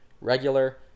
regular